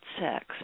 sex